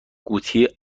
قوطی